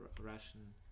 Russian